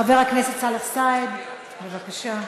חבר הכנסת סאלח סעד, בבקשה.